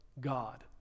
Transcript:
God